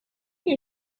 you